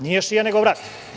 Nije šija nego vrat.